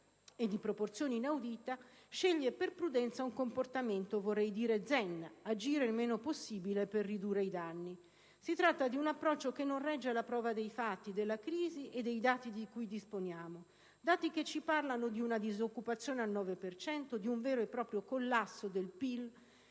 di proporzione inaudita sceglie per prudenza un comportamento, vorrei dire, zen: agire il meno possibile per ridurre i danni. Si tratta di un approccio che non regge alla prova dei fatti, della crisi e dei dati di cui disponiamo; dati che ci parlano di una disoccupazione al 9 per cento, di un vero e proprio collasso del PIL